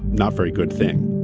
not very good thing